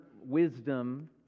wisdom